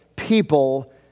People